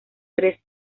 tres